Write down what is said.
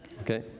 okay